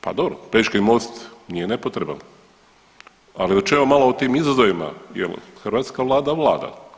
Pa dobro Pelješki most nije nepotreban, ali da čujemo malo o tim izazovima jer hrvatska vlada vlada.